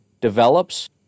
develops